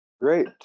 Great